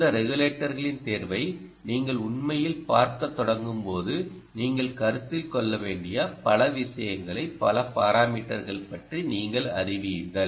இந்த ரெகுலேட்டர்களின் தேர்வை நீங்கள் உண்மையிலேயே பார்க்கத் தொடங்கும்போது நீங்கள் கருத்தில் கொள்ள வேண்டிய பல விஷயங்களை பல பாராமீட்டர்கள் பற்றி நீங்கள் அறிவீர்கள்